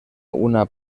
una